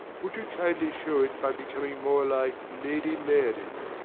would you kindly show it by becoming more like lady mary.